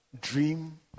dream